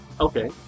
Okay